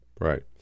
Right